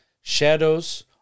shadows